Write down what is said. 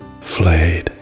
flayed